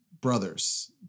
brothers